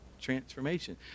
transformation